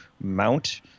mount